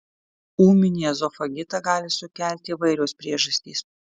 ūminį ezofagitą gali sukelti įvairios priežastys